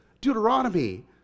Deuteronomy